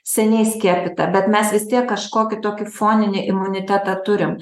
seniai skiepyta bet mes vis tiek kažkokį tokį foninį imunitetą turim